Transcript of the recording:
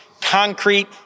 concrete